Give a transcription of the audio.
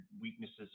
weaknesses